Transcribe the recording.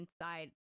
inside